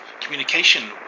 communication